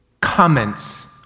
comments